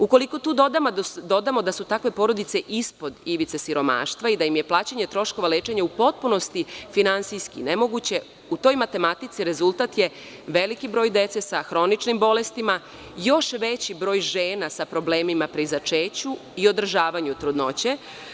Ukoliko tu dodamo da su takve porodice ispod ivice siromaštva i da im je plaćanje troškova lečenja u potpunosti finansijski nemoguće, u toj matematici rezultat je veliki broj dece sa hroničnim bolestima, i još veći broj žena sa problemima pri začeću i održavanju trudnoće.